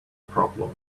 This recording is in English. problem